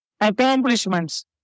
accomplishments